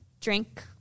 drink